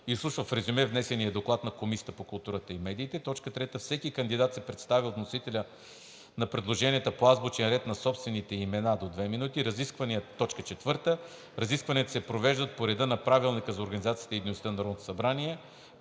изслушва в резюме внесения доклад на Комисията по културата и медиите. 3. Всеки кандидат се представя от вносителя на предложенията по азбучен ред на собствените имена – до две минути. 4. Разискванията се провеждат по реда на Правилника за